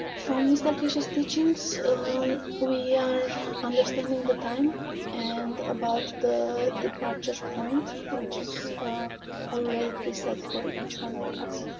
from mr. keshe's teachings we are understanding the time and about the departures point which is already preset for each one of us.